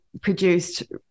produced